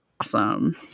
awesome